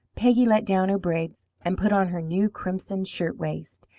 peggy let down her braids and put on her new crimson shirtwaist,